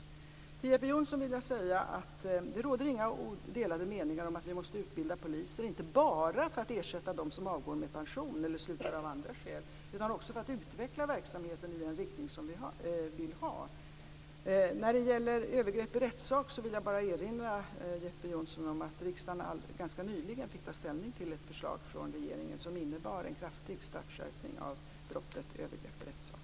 Till Jeppe Johnsson vill jag säga att det inte råder några delade meningar om att vi måste utbilda poliser, inte bara för att ersätta dem som avgår med pension eller slutar av andra skäl utan också för att utveckla verksamheten i den riktning som vi vill ha. När det gäller övergrepp i rättssak vill jag bara erinra Jeppe Johnsson om att riksdagen ganska nyligen fått ta ställning till ett förslag från regeringen som innebar en kraftig skärpning av straffet för brottet övergrepp i rättssak.